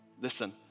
listen